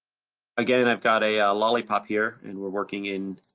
again, i've got a lollipop here and we're working in